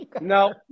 No